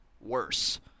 worse